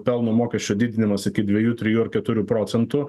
pelno mokesčio didinimas iki dviejų trijų ar keturių procentų